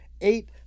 eight